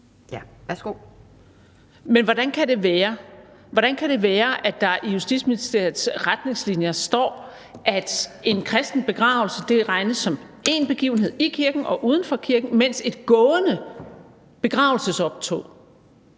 Krarup (DF): Hvordan kan det være, at der i Justitsministeriets retningslinjer står, at en kristen begravelse regnes for én begivenhed i kirken og uden for kirken, mens et gående begravelsesoptog